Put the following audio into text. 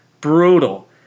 brutal